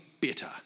bitter